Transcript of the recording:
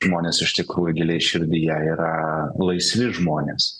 žmonės iš tikrųjų giliai širdyje yra laisvi žmonės